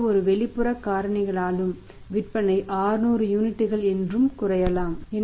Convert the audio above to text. எந்தவொரு வெளிப்புற காரணிகளாலும் விற்பனை 600 யூனிட்கள் என்று குறையலாம்